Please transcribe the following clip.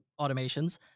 automations